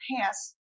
pass